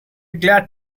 glad